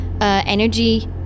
energy